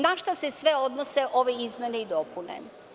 Na šta se sve odnose ove izmene i dopune?